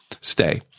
stay